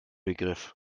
begriff